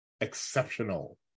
Exceptional